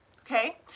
okay